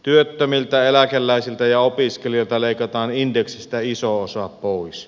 työttömiltä eläkeläisiltä ja opiskelijoilta leikataan indeksistä iso osa pois